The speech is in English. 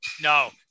No